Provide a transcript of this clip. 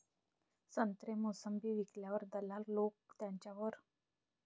संत्रे, मोसंबी विकल्यावर दलाल लोकं त्याच्यावर एक क्विंटल काट काऊन घेते?